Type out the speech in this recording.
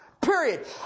period